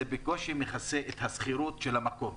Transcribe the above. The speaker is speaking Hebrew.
זה בקושי מכסה את השכירות של המקום.